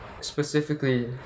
specifically